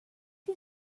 you